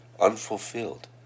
unfulfilled